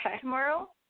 tomorrow